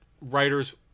writers